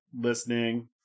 listening